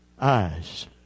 eyes